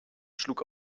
schlug